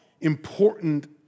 important